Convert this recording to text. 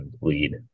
lead